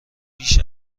بیش